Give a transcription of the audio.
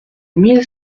mille